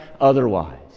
otherwise